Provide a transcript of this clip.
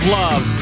love